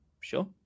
Sure